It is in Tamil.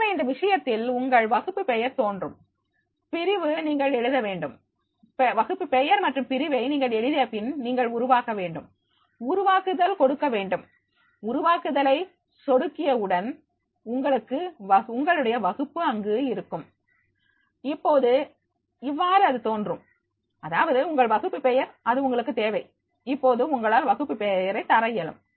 எனவே இந்த விஷயத்தில் உங்கள் வகுப்பு பெயர் தோன்றும் பிரிவு நீங்கள் எழுதவேண்டும் வகுப்பு பெயர் மற்றும் பிரிவை நீங்கள் எழுதிய பின் நீங்கள் உருவாக்க வேண்டும் உருவாக்குதல் கொடுக்க வேண்டும் உருவாக்குதலை சொடுக்கிய உடன் உங்களுடைய வகுப்பு அங்கு இருக்கும் இப்போது இவ்வாறு அது தோன்றும் அதாவது உங்கள் வகுப்பு பெயர் அது உங்களுக்கு தேவை இப்போது உங்களால் வகுப்பு பெயரை தர இயலும்